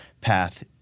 path